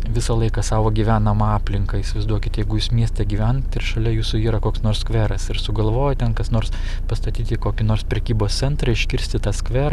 visą laiką savo gyvenamą aplinką įsivaizduokit jeigu jūs mieste gyvenat ir šalia jūsų yra koks nors skveras ir sugalvojo ten kas nors pastatyti kokį nors prekybos centrą iškirsti tą skverą